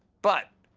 but,